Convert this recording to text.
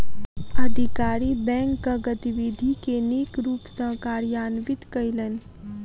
अधिकारी बैंकक गतिविधि के नीक रूप सॅ कार्यान्वित कयलैन